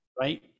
right